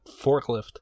forklift